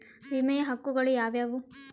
ವಿಮೆಯ ಹಕ್ಕುಗಳು ಯಾವ್ಯಾವು?